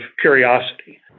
curiosity